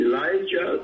Elijah